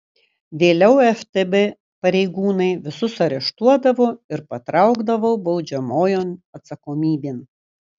vėliau ftb pareigūnai visus areštuodavo ir patraukdavo baudžiamojon atsakomybėn